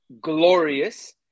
glorious